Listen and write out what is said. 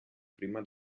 prima